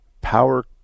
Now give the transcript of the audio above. power